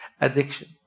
addiction